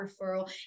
referral